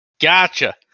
Gotcha